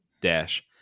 dash